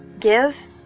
Give